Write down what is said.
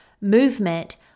movement